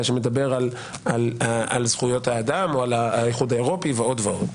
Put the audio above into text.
שמדבר על זכויות האדם או על האיחוד האירופי ועוד ועוד.